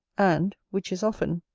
and, which is often,